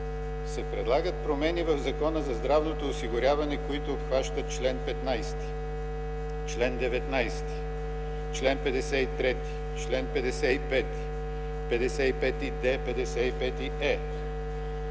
се предлагат промени в Закона за здравното осигуряване, които обхващат чл. 15, чл. 19, чл. 53, чл. 55, чл. 55д,